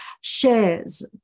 Shares